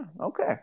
Okay